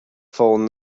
phone